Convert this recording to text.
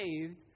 saved